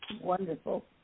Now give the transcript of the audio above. Wonderful